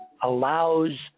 allows